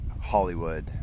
Hollywood